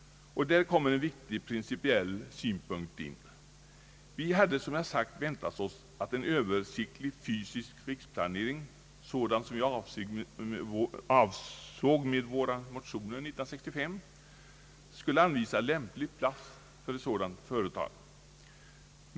Och där kommer en viktig principiell synpunkt in. Vi hade, som jag sagt, väntat oss att en översiktlig fysisk riksplanering — sådan som vi avsåg med våra motioner 1965 — skulle anvisa lämplig plats för ett sådant företag.